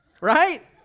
Right